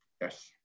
Yes